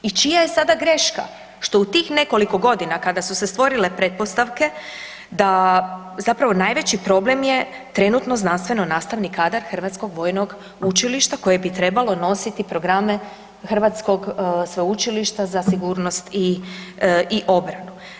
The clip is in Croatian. I čija je sada greška što u tih nekoliko godina kada su se stvorile pretpostavke da, zapravo najveći problem je trenutno znanstveno nastavni kadar Hrvatskog vojnog učilišta koje bi trebalo nositi programe Hrvatskog sveučilišta za sigurnost i, i obranu.